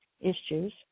issues